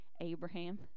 Abraham